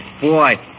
Boy